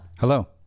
Hello